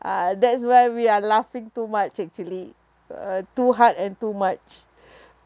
ah that's where we are laughing too much actually uh too hard and too much